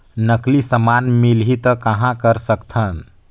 नकली समान मिलही त कहां कर सकथन?